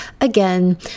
again